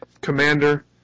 commander